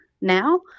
now